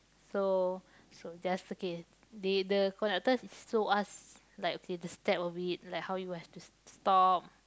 so so just okay they the conductors show us like okay the step of it like how you have to to stop